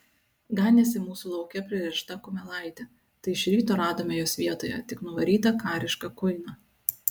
ganėsi mūsų lauke pririšta kumelaitė tai iš ryto radome jos vietoje tik nuvarytą karišką kuiną